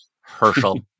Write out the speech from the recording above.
Herschel